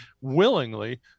willingly